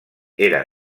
era